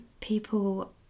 people